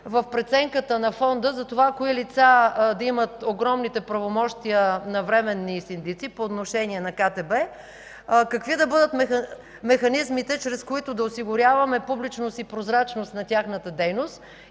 в преценката на Фонда за това кои лица да имат огромните правомощия на временни синдици по отношение на КТБ, какви да бъдат механизмите, чрез които да осигуряваме публичност и прозрачност на тяхната дейност,